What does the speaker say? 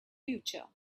future